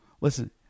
Listen